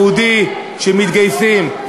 יהודים שמתגייסים.